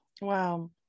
wow